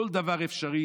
כל דבר אפשרי.